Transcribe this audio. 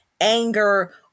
anger